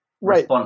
Right